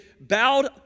bowed